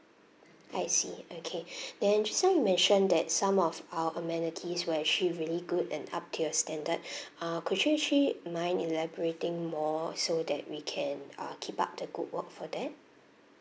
I see okay then just now you mentioned that some of our amenities were actually really good and up to your standard uh could you actually mind elaborating more so that we can uh keep up the good work for that